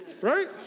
Right